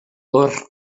wrth